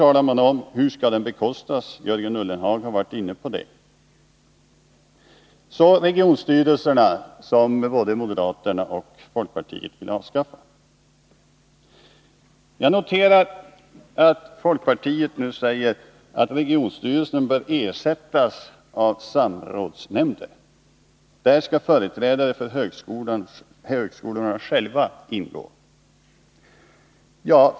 Jörgen Ullenhag har varit inne på frågan hur den skall bekostas. När det gäller regionstyrelserna, som både moderaterna och folkpartiet vill avskaffa, noterar jag att folkpartiet nu säger att regionstyrelsen bör ersättas av samrådsnämnder, där företrädare för högskolorna själva skall ingå.